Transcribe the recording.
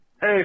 Hey